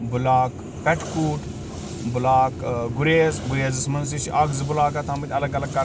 block پٮ۪ٹھہٕ کوٗٹ block ٲں گُریز گُریزس منٛز تہِ چھِ اکھ زٕ بٕلاک آمٕتۍ اَلگ اَلگ کرنہٕ